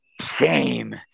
Shame